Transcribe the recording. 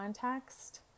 context